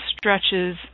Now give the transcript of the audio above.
stretches